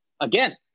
again